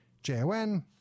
j-o-n